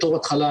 בתור התחלה,